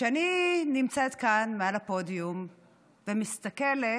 וכשאני נמצאת כאן מעל הפודיום ומסתכלת,